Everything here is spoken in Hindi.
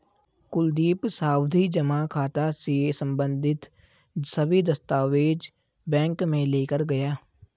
कुलदीप सावधि जमा खाता से संबंधित सभी दस्तावेज बैंक में लेकर गया